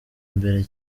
imbere